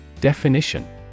Definition